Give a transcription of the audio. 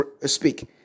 speak